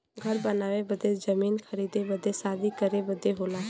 घर बनावे बदे जमीन खरीदे बदे शादी करे बदे होला